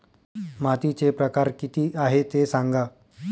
मातीचे प्रकार किती आहे ते सांगा